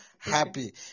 Happy